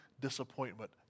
disappointment